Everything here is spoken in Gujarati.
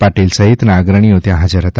પાટિલ સહિત ના અગ્રણીઓ ત્યાં હાજર હતા